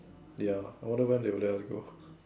they are I wonder when they will let us go